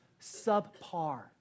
subpar